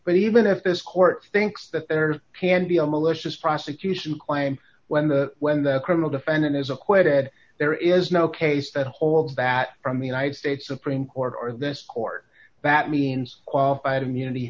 but even if this court thinks that there's can be alicia's prosecution claim when the when the criminal defendant is acquitted there is no case that whole a bat from the united states supreme court or this court that means qualified immunity